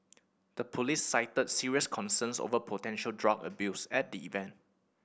the police cited serious concerns over potential drug abuse at the event